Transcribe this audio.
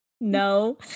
No